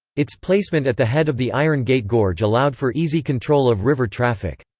its placement at the head of the iron gate gorge allowed for easy control of river traffic.